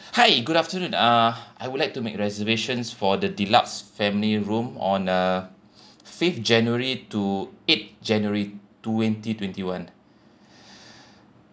hi good afternoon uh I would like to make reservations for the deluxe family room on uh fifth january to eighth january twenty twenty one